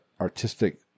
artistic